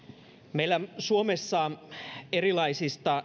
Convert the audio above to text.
meillä suomessa erilaisista